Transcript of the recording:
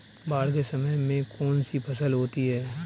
बाढ़ के समय में कौन सी फसल होती है?